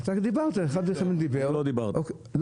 אחד מן המאבזרים דיבר, לא אתה.